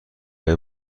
های